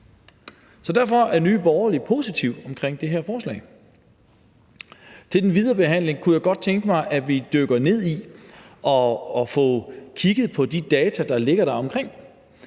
Så derfor er Nye Borgerlige positive omkring det her forslag. Til den videre behandling kunne jeg godt tænke mig, at vi dykker ned i og får kigget på de data, der ligger omkring